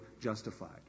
justified